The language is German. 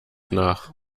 nach